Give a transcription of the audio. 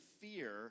fear